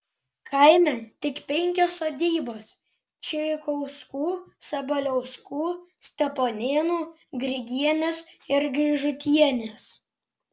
kaime tik penkios sodybos čeikauskų sabaliauskų steponėnų grigienės ir gaižutienės